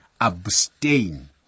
abstain